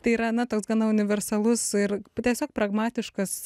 tai yra na toks gana universalus ir tiesiog pragmatiškas